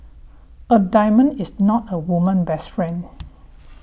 a diamond is not a woman best friend